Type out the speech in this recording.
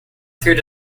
through